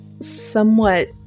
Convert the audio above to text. Somewhat